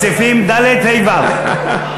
סעיפים 4, 5 ו-6.